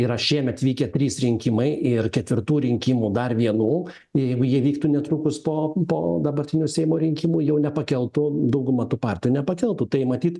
yra šiemet vykę trys rinkimai ir ketvirtų rinkimų dar vienų jeigu jie vyktų netrukus po po dabartinio seimo rinkimų jau nepakeltų dauguma tų partijų nepakeltų tai matyt